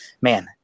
man